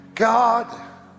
God